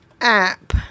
app